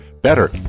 better